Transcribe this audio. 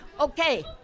Okay